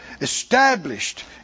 established